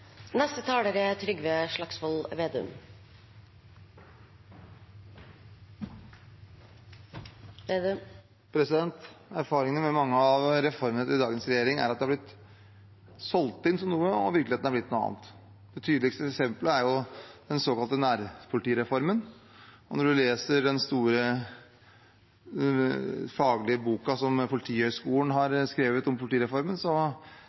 med mange av reformene til dagens regjering er at de har blitt solgt inn som noe, og virkeligheten har blitt noe annet. Det tydeligste eksemplet er den såkalte nærpolitireformen. Når en leser den store, faglige boka som Politihøgskolen har skrevet om politireformen,